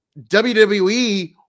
WWE